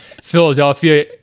Philadelphia